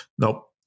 Nope